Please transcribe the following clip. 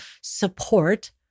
support